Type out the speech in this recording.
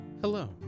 Hello